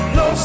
no